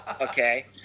Okay